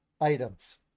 items